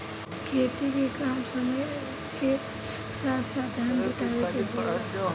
खेती के काम समय के साथ धन जुटावे के होला